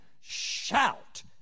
shout